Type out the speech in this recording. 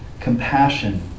compassion